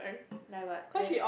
like what when